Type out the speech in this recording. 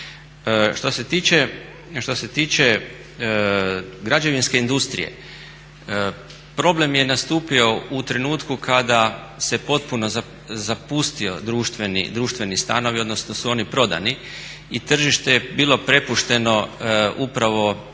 Što se tiče građevinske industrije, problem je nastupio u trenutku kada su se potpuno zapustili društveni stanovi, odnosno su oni prodani i tržište je bilo prepušteno upravo